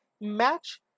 match